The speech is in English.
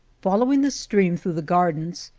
following the stream through the gar dens,